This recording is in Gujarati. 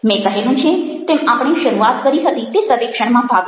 મેં કહેલું છે તેમ આપણે શરૂઆત કરી હતી તે સર્વેક્ષણમાં ભાગ લો